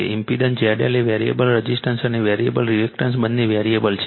impedance ZL એ variable resistance અને variable reactor બંને વેરીએબલ છે